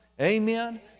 Amen